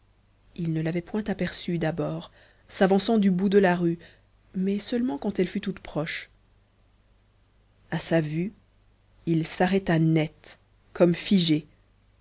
il ne l'avait point aperçue d'abord s'avançant du bout de la rue mais seulement quand elle fut toute proche à sa vue il s'arrêta net comme figé